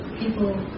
people